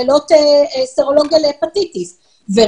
הולכת להיות שמה חרף העיכוב כי באמת יש לנו את היכולות לעמוד בדברים הללו.